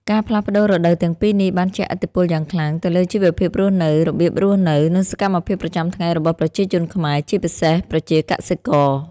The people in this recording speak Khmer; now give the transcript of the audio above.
ការផ្លាស់ប្ដូររដូវទាំងពីរនេះបានជះឥទ្ធិពលយ៉ាងខ្លាំងទៅលើជីវភាពរស់នៅ របៀបរស់នៅ និងសកម្មភាពប្រចាំថ្ងៃរបស់ប្រជាជនខ្មែរ ជាពិសេសប្រជាកសិករ។